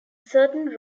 certain